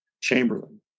Chamberlain